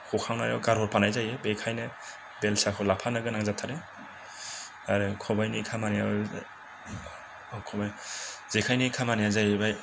हखांनायाव गारहरफानाय जायो बेखायनो बेलसाखौ लाफानो गोनां जाथारो आरो खबाइनि खामानिया खबाइ जेखाइनि खामानिया जाहैबाय